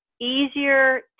easier